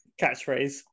Catchphrase